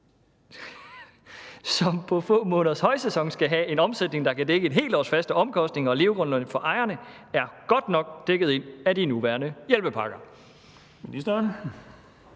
som på få måneders højsæson skal have en omsætning, der kan dække et helt års faste omkostninger og levegrundlag for ejerne, er godt nok dækket af de nuværende hjælpepakker? Den